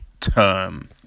term